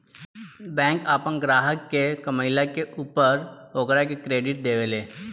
bank आपन ग्राहक के कमईला के ऊपर ओकरा के क्रेडिट देवे ले